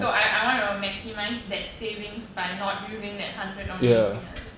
so I I wanna maximize that savings by not using that hundred on anything else